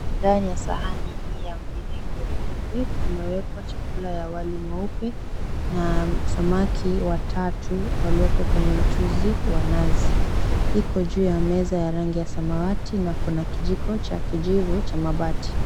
Ndani ya sahani hii ya mviringo nyeupe kumewekwa chakula ya wali mweupe na samaki watatu walioko kwenye mchuzi wa nazi iko juu ya meza ya rangi ya samawati na kuna kijiko cha kijivu cha mabati.